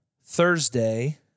Thursday